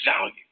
value